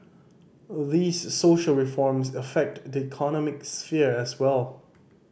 these social reforms affect the economic sphere as well